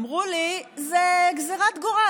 אמרו לי: זו גזרת גורל.